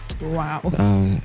Wow